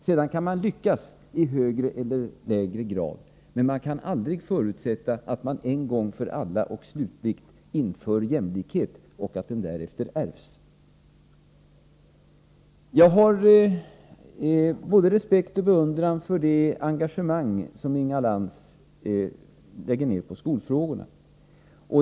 Sedan kan man lyckas i högre eller lägre grad, men man kan aldrig förutsätta att man en gång för alla och slutligt infört jämlikhet och att den därefter ärvs. Jag har både respekt och beundran för det engagemang som Inga Lantz lägger ned på skolfrågorna.